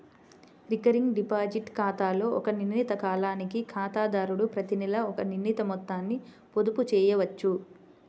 recurring deposit ఖాతాలో ఒక నిర్ణీత కాలానికి ఖాతాదారుడు ప్రతినెలా ఒక నిర్ణీత మొత్తాన్ని పొదుపు చేయవచ్చు